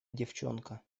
девчонка